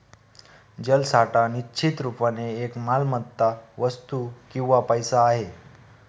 जलसाठा निश्चित रुपाने एक मालमत्ता, वस्तू किंवा पैसा आहे